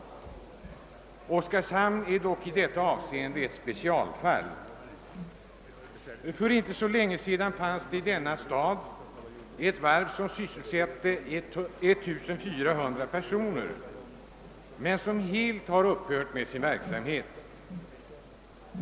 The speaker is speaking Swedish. Men Oskarshamn är dock i detta avseende ett specialfall. För inte så länge sedan fanns i denna stad ett varv som sysselsatte 1 400 personer men som nu helt har upphört med sin verksamhet.